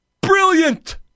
Brilliant